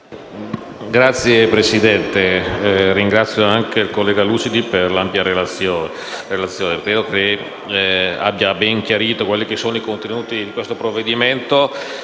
Signora Presidente, ringrazio il collega Lucidi per l'ampia relazione, che credo abbia ben chiarito quali sono i contenuti del provvedimento.